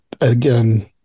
again